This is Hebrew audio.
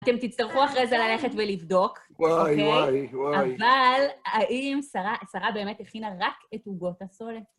אתם תצטרכו אחרי זה ללכת ולבדוק. - וואי, וואי, וואי. - אבל, האם שרה באמת הכינה רק את עוגות הסולת?